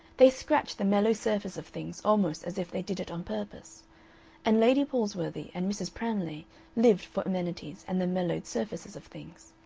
they scratch the mellow surface of things almost as if they did it on purpose and lady palsworthy and mrs. pramlay lived for amenities and the mellowed surfaces of things.